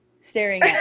staring